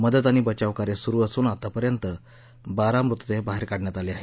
मदत आणि बचावकार्य सुरु असून आतापर्यंत बारा मृतदेह बाहेर काढण्यात आले आहेत